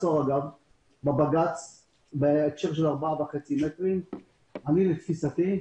בבג"ץ בעניין 4.5 מטרים אני, לתפיסתי,